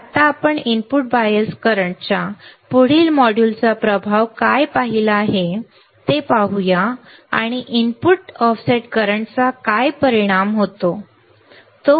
तर आत्ता आपण इनपुट बायस करंटच्या प्रभाव काय आहे ते पाहिला इनपुट ऑफसेट करंटचा काय परिणाम होतो ते पुढच्या मॉड्यूलमध्ये पाहू